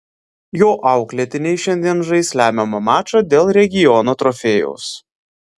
jo auklėtiniai šiandien žais lemiamą mačą dėl regiono trofėjaus